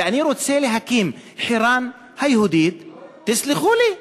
ואני רוצה להקים חירן היהודית תסלחו לי,